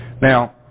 Now